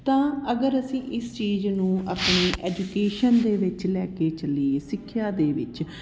ਤਾਂ ਅਗਰ ਅਸੀਂ ਇਸ ਚੀਜ਼ ਨੂੰ ਆਪਣੀ ਐਜੂਕੇਸ਼ਨ ਦੇ ਵਿੱਚ ਲੈ ਕੇ ਚੱਲੀਏ ਸਿੱਖਿਆ ਦੇ ਵਿੱਚ